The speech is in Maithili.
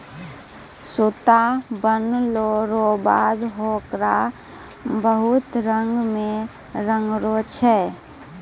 सूता बनलो रो बाद होकरा बहुत रंग मे रंगै छै